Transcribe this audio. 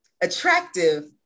attractive